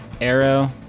arrow